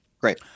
Great